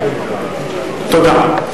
תודה.